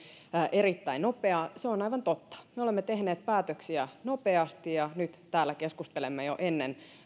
erittäin nopea se on aivan totta me olemme tehneet päätöksiä nopeasti ja nyt täällä keskustelemme jo ennen